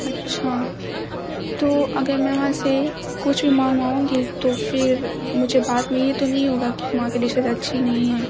اچھا تو اگر میں وہاں سے کچھ بھی منگواؤں گی تو پھر مجھے بعد میں یہ تو نہیں ہوگا کہ وہاں کی ڈشز اچھی نہیں ہیں